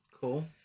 cool